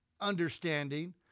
understanding